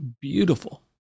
beautiful